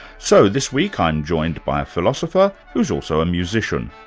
so this week i'm joined by a philosopher who's also a musician.